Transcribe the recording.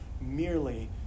merely